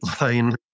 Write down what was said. line